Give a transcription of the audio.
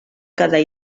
quedar